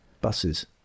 buses